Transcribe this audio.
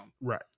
Right